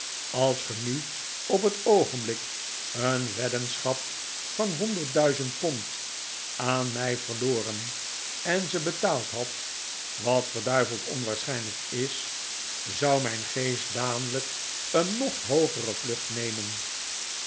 als ge nu op het oogenblik een weddenschap van honderd duizend pond aan mij verloren en ze betaald hadt wat verduiveld onwaarschijnlijk is zou mijn geest dadelijk een nog hoogere vlucht nemen